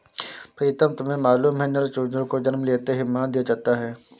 प्रीतम तुम्हें मालूम है नर चूजों को जन्म लेते ही मार दिया जाता है